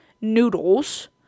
noodles